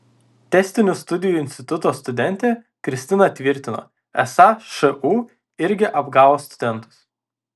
tęstinių studijų instituto studentė kristina tvirtino esą šu irgi apgavo studentus